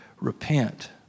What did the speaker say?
repent